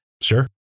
Sure